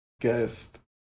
guest